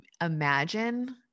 imagine